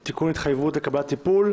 והאפוטרופסות (תיקון - שלילת אפוטרופסות מהורה